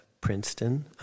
Princeton